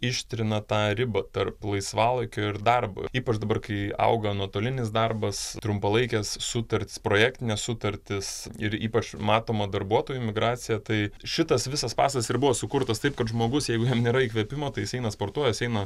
ištrina tą ribą tarp laisvalaikio ir darbo ypač dabar kai auga nuotolinis darbas trumpalaikės sutartys projektinės sutartys ir ypač matoma darbuotojų migracija tai šitas visas pastatas ir buvo sukurtas taip kad žmogus jeigu jam nėra įkvėpimo tai jis eina sportuoja jis eina